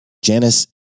Janice